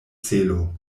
celo